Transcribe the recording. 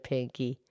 Pinky